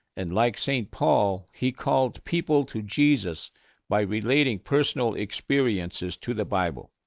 and like st. paul, he called people to jesus by relating personal experiences to the bible.